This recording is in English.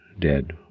dead